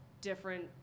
different